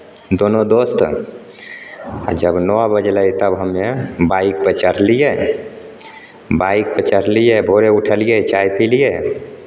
दुनू दोस्त जब नओ बजलै तब हम्मे बाइकपर चढ़लियै बाइकपर चढ़लियै भोरे उठलियै चाय पिलियै